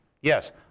Yes